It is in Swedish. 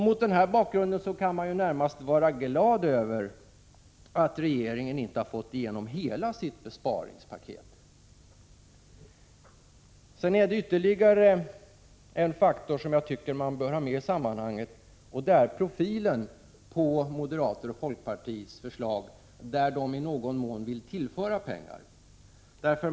Mot denna bakgrund kan man närmast vara glad över att regeringen inte får igenom hela sitt besparingspaket. Det är ytterligare en faktor som jag tycker man bör ha med i sammanhanget. Det gäller profilen på de moderatoch folkpartiförslag där man i någon mån vill tillföra pengar.